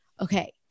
okay